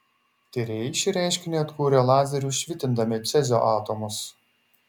tyrėjai šį reiškinį atkūrė lazeriu švitindami cezio atomus